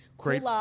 Great